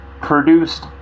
produced